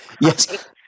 yes